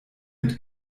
mit